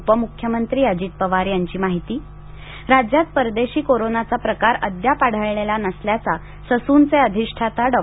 उपमुख्यमंत्री अजित पवार यांची माहिती राज्यात परदेशी कोरोनाचा प्रकार अद्याप आढळलेला नसल्याचा ससूनचे अधिष्ठाता डॉ